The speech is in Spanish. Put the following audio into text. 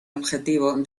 objetivo